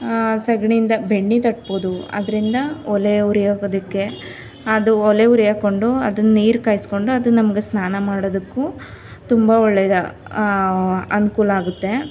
ಸಗಣಿಯಿಂದ ಬೆಣ್ಣೆ ತಟ್ಬೋದು ಅದರಿಂದ ಒಲೆ ಉರಿಯೋದಕ್ಕೆ ಅದು ಒಲೆ ಉರಿ ಹಾಕೊಂಡೂ ಅದನ್ನ ನೀರು ಕಾಯಿಸಿಕೊಂಡು ಅದನ್ನ ನಮ್ಗೆ ಸ್ನಾನ ಮಾಡೋದಕ್ಕೂ ತುಂಬ ಒಳ್ಳೆದು ಅನುಕೂಲ ಆಗುತ್ತೆ